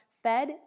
Fed